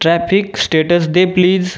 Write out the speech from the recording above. traffic status दे please